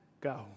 go